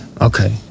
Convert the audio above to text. okay